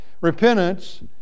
Repentance